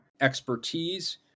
expertise